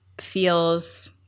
feels